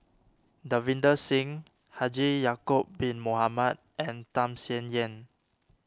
Davinder Singh Haji Ya'Acob Bin Mohamed and Tham Sien Yen